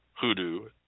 hoodoo